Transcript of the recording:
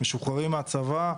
משוחררים מהצבא,